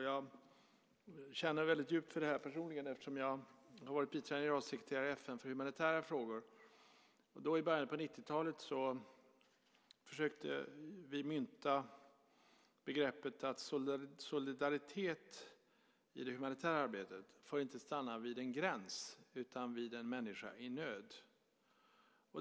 Jag känner väldigt djupt för det här personligen, eftersom jag har varit biträdande generalsekreterare i FN för humanitära frågor. I början på 90-talet försökte vi mynta begreppet att solidaritet i det humanitära arbetet inte får stanna vid en gräns utan vid en människa i nöd.